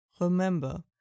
remember